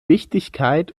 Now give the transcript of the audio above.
wichtigkeit